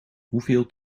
hoeveel